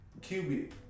QB